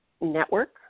network